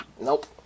Nope